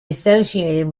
associated